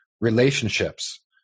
relationships